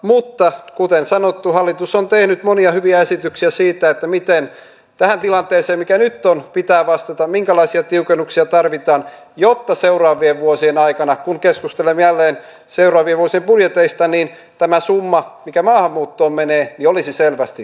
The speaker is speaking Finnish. mutta kuten sanottu hallitus on tehnyt monia hyviä esityksiä siitä miten tähän tilanteeseen mikä nyt on pitää vastata minkälaisia tiukennuksia tarvitaan jotta seuraavien vuosien aikana kun keskustelemme jälleen seuraavien vuosien budjeteista tämä summa mikä maahanmuuttoon menee olisi selvästi pienempi